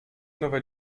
nowe